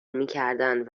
میکردند